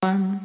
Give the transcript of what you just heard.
One